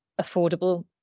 affordable